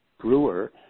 Brewer